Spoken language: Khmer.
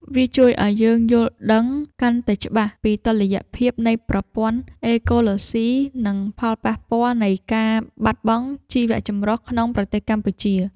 វាជួយឱ្យយើងយល់ដឹងកាន់តែច្បាស់ពីតុល្យភាពនៃប្រព័ន្ធអេកូឡូស៊ី និងផលប៉ះពាល់នៃការបាត់បង់ជីវៈចម្រុះក្នុងប្រទេសកម្ពុជា។